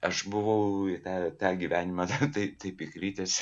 aš buvau į tą tą gyvenimą tai taip įkritęs